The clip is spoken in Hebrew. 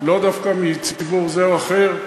לאו דווקא מציבור זה או אחר,